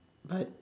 right